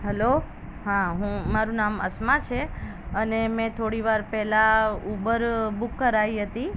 hello હા હું મારું નામ અસ્મા છે અને મેં થોડીવાર પહેલાં ઉબર બુક કરાવી હતી